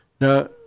Now